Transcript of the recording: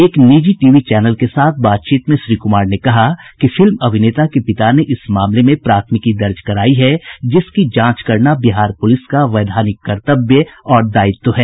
एक निजी TV channel के साथ बातचीत में श्री कुमार ने कहा कि फिल्म अभिनेता के पिता ने इस मामले में प्राथमिकी दर्ज करायी है जिसकी जांच करना बिहार पुलिस का वैधानिक कर्तव्य और दायित्व है